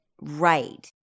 right